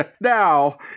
Now